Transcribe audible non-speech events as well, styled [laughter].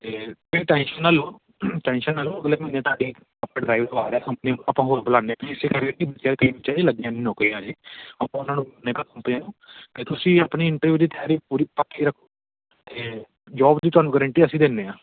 ਅਤੇ ਤੁਸੀਂ ਟੈਨਸ਼ਨ ਨਾ ਲਓ ਟੈਨਸ਼ਨ ਨਾ ਲਓ ਅਗਲੇ ਮਹੀਨੇ ਤੁਹਾਡੀ ਆਪਾਂ ਡਰਾਈਵ [unintelligible] ਹਾਂ ਕੰਪਨੀ ਆਪਾਂ ਹੋਰ ਬੁਲਾਉਂਦੇ ਪਏ ਇਸੇ ਕਰਕੇ ਕਿ [unintelligible] ਜਿਹੜੀਆਂ ਲੱਗੀਆਂ ਨੇ ਨੌਕਰੀਆਂ ਹਜੇ ਆਪਾਂ ਉਹਨਾਂ ਨੂੰ [unintelligible] ਕੰਪਨੀਆਂ ਨੂੰ ਅਤੇ ਤੁਸੀਂ ਆਪਣੀ ਇੰਟਰਵਿਊ ਦੀ ਤਿਆਰੀ ਪੂਰੀ ਪੱਕੀ ਰੱਖੋ ਅਤੇ ਜੋਬ ਦੀ ਤੁਹਾਨੂੰ ਗਰੰਟੀ ਅਸੀਂ ਦਿੰਦੇ ਹਾਂ